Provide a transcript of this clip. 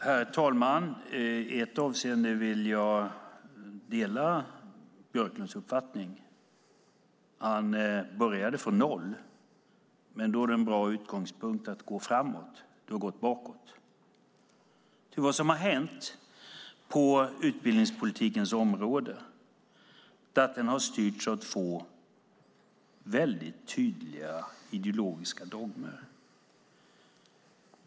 Herr talman! I ett avseende delar jag Björklunds uppfattning. Han började från noll. Då är det en bra utgångspunkt att gå framåt, men han har gått bakåt. Vad som har hänt på utbildningspolitikens område är att den styrs av två tydliga ideologiska dogmer.